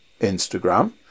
Instagram